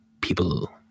people